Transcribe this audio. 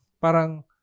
Parang